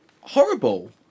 horrible